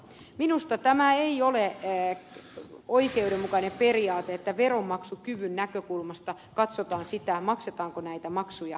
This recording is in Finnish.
minusta tämä ei ole oikeudenmukainen periaate että veronmaksukyvyn näkökulmasta katsotaan sitä maksetaanko näitä maksuja vai ei